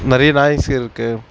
நிறைய நாய்ஸ் இருக்குது